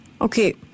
Okay